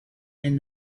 and